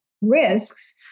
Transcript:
risks